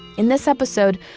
in this episode,